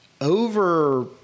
over